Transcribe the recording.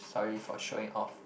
sorry for showing off